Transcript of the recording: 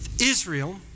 Israel